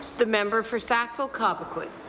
the member for sackville cobequid.